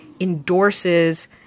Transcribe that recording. endorses